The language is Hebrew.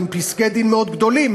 אלה הם פסקי-דין מאוד גדולים,